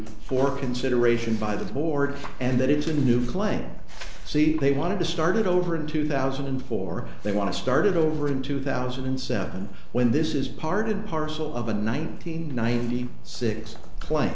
for consideration by the board and that is a new claim see they wanted to start it over in two thousand and four they want to start it over in two thousand and seven when this is part and parcel of a nine hundred ninety six cla